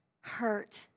hurt